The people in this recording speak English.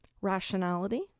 rationality